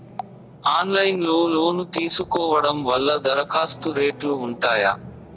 Online లో loan తీసుకోవడం వల్ల దరఖాస్తు రేట్లు ఉంటాయా?